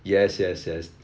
yes yes yes